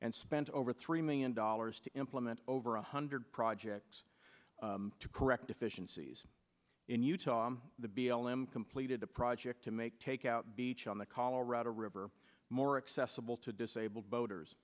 and spent over three million dollars to implement over one hundred projects to correct deficiencies in utah the b l m completed a project to make take out beach on the colorado river more accessible to disabled boaters